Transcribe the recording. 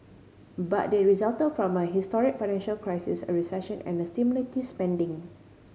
but they resulted from a historic financial crisis a recession and stimulative spending